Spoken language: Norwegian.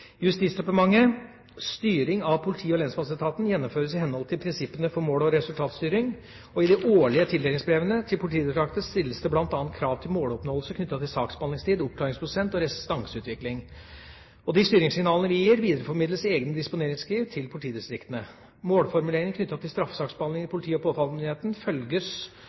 styring av politi- og lensmannsetaten gjennomføres i henhold til prinsippene for mål- og resultatstyring. I de årlige tildelingsbrevene til Politidirektoratet stilles det bl.a. krav til måloppnåelse knyttet til saksbehandlingstid, oppklaringsprosent og restanseutvikling. De styringssignalene vi gir, videreformidles i egne disponeringsskriv til politidistriktene. Målformuleringer knyttet til straffesaksbehandlingen i politi- og